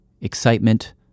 excitement